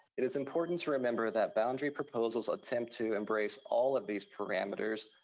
it is important to remember that boundary proposals attempt to embrace all of these parameters,